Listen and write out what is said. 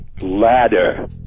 ladder